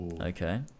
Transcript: Okay